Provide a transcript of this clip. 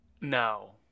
No